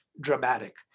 dramatic